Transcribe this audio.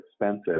expensive